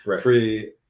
free